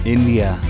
India